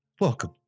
Welcome